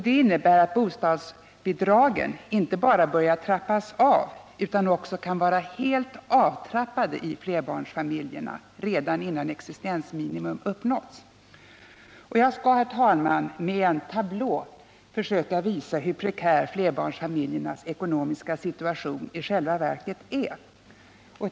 Det innebär att bostadsbidragen inte bara börjar trappas av utan också kan vara helt avtrappade i flerbarnsfamiljerna redan innan existensminimum har uppnåtts. Jag skall, herr talman, med en tablå på TV-skärmen försöka visa hur prekär flerbarnsfamiljernas ekonomiska situation i själva verket är.